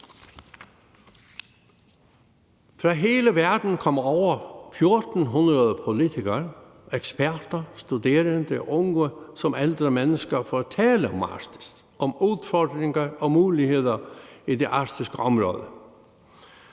Fra hele verden kom over 1.400 politikere, eksperter, studerende og unge som ældre mennesker for at tale om Arktis, om udfordringer og muligheder i det arktiske område.